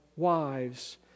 wives